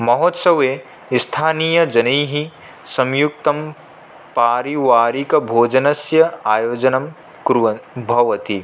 महोत्सवे स्थानीय जनैः संयुक्तं पारिवारिकभोजनस्य आयोजनं कुर्वन् भवति